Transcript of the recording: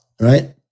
right